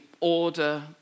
order